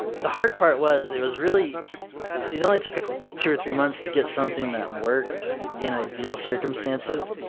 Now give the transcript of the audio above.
the hard part was it was really it only took ah two or three months to get something that worked in ideal circumstances.